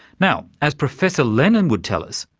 now, as professor lennon would tell us,